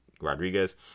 Rodriguez